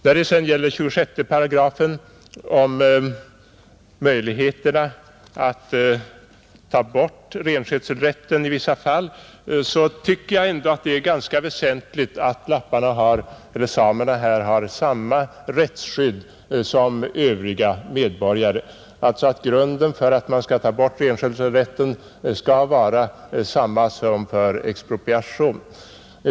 När det sedan gäller 26 §, om möjligheterna att upphäva renskötselrätten i vissa fall, tycker jag ändå att det är ganska väsentligt att samerna har samma rättsskydd som andra medborgare. Grunden för borttagande av renskötselrätten skall alltså vara densamma som för expropriation.